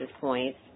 points